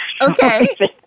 Okay